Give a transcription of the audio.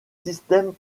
systèmes